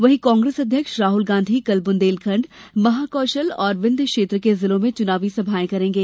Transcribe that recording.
वही कांग्रेस अध्यक्ष राहुल गांधी कल बुंदेलखंड महाकौशल और विन्ध्य क्षेत्र के जिलों में चुनावी सभाएं करेंगे